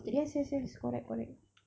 yes yes yes correct correct